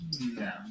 No